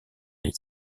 les